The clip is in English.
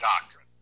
doctrine